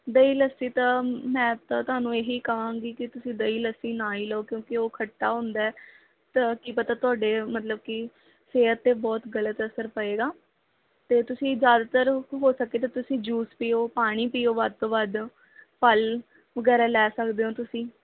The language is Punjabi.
ਦਹੀਂ ਲੱਸੀ ਤਾਂ ਮੈਂ ਤਾਂ ਤੁਹਾਨੂੰ ਇਹ ਹੀ ਕਹਾਂਗੀ ਕਿ ਤੁਸੀਂ ਦਹੀਂ ਲੱਸੀ ਨਾ ਹੀ ਲਉ ਕਿਉਂਕਿ ਉਹ ਖੱਟਾ ਹੁੰਦਾ ਹੈ ਤਾਂ ਕੀ ਪਤਾ ਤੁਹਾਡੇ ਮਤਲਬ ਕੀ ਸਿਹਤ 'ਤੇ ਬਹੁਤ ਗਲਤ ਅਸਰ ਪਵੇਗਾ ਤਾਂ ਤੁਸੀਂ ਜ਼ਿਆਦਾਤਰ ਹੋ ਸਕੇ ਤਾਂ ਤੁਸੀਂ ਜੂਸ ਪੀਓ ਪਾਣੀ ਪੀਓ ਵੱਧ ਤੋਂ ਵੱਧ ਫਲ ਵਗੈਰਾ ਲੈ ਸਕਦੇ ਓਂ ਤੁਸੀਂ